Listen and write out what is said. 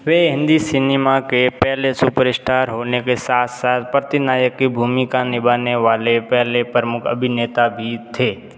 वे Hindi cinema के पहले superstar होने के साथ साथ प्रतिनायक की भूमिका निभाने वाले पहले प्रमुख अभिनेता भी थे